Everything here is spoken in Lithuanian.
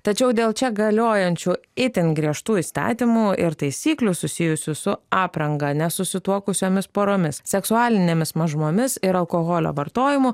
tačiau dėl čia galiojančių itin griežtų įstatymų ir taisyklių susijusių su apranga nesusituokusiomis poromis seksualinėmis mažumomis ir alkoholio vartojimu